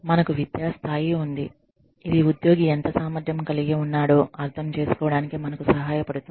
మనకువిద్యా స్థాయి ఉంది ఇది ఉద్యోగి ఎంత సామర్థ్యం కలిగి ఉన్నాడో అర్థం చేసుకోవడానికి మనకు సహాయపడుతుంది